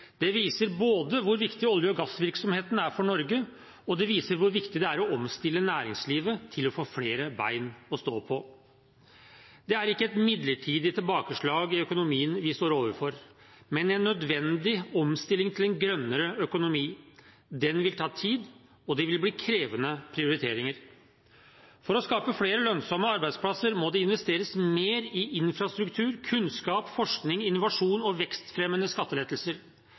Det viser både hvor viktig olje- og gassvirksomheten er for Norge, og det viser hvor viktig det er å omstille næringslivet til å få flere bein å stå på. Det er ikke et midlertidig tilbakeslag i økonomien vi står overfor, men en nødvendig omstilling til en grønnere økonomi. Den vil ta tid, og det vil bli krevende prioriteringer. For å skape flere lønnsomme arbeidsplasser må det investeres mer i infrastruktur, kunnskap, forskning, innovasjon og vekstfremmende skattelettelser.